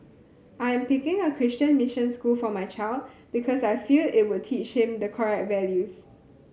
I am picking a Christian mission school for my child because I feel it would teach him the correct values